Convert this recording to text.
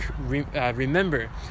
remember